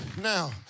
Now